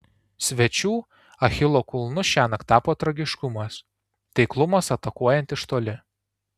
svečių achilo kulnu šiąnakt tapo tragiškumas taiklumas atakuojant iš toli